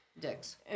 Dicks